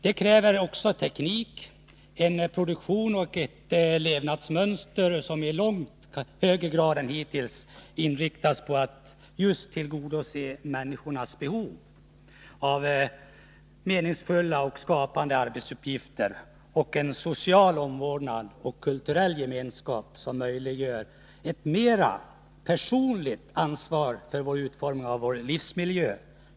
Det kräver en teknik, en produktion och ett levnadsmönster som i långt högre grad än hittills inriktats på att tillgodose människornas behov av meningsfulla och skapande arbetsuppgifter och en social omvårdnad och kulturell gemenskap som möjliggör ett mera personligt ansvar för utformningen av vår livsmiljö.